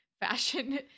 fashion